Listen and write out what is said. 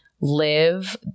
live